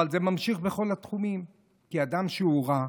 אבל זה נמשך בכל התחומים, כי אדם שהוא רע,